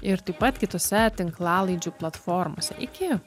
ir taip pat kitose tinklalaidžių platformose iki